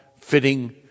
fitting